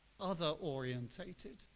other-orientated